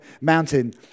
mountain